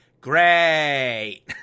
Great